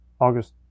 August